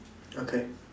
okay